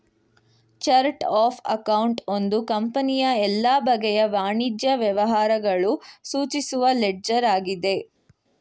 chart of account ಒಂದು ಕಂಪನಿಯ ಎಲ್ಲ ಬಗೆಯ ವಾಣಿಜ್ಯ ವ್ಯವಹಾರಗಳು ಸೂಚಿಸುವ ಲೆಡ್ಜರ್ ಆಗಿದೆ